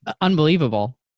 unbelievable